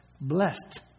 blessed